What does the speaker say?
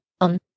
On